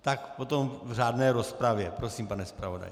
Tak potom v řádné rozpravě prosím, pane zpravodaji.